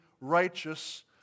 righteous